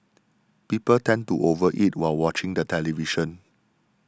people tend to over eat while watching the television